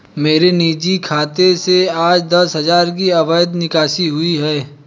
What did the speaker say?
मेरे निजी खाते से आज दस हजार की अवैध निकासी हुई है